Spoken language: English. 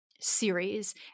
series